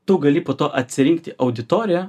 tu gali po to atsirinkti auditoriją